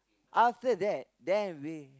after that then we